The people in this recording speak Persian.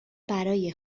برای